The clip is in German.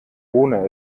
ohne